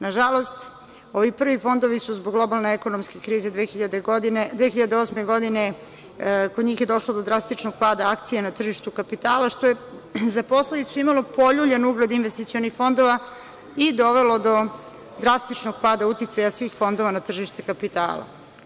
Nažalost, kod ovih prvih fondova je zbog globalne ekonomske krize 2008. godine došlo do drastičnog pada akcija na tržištu kapitala, što je za posledicu imalo poljuljan ugled investicionih fondova i dovelo do drastičnog pada uticaja svih fondova na tržište kapitala.